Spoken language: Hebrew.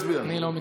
אני לא מתנגד.